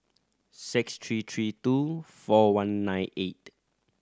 six three three two four one nine eight